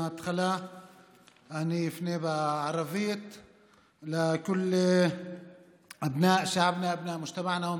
בהתחלה אפנה בערבית (אומר בערבית: לכל בני עמנו,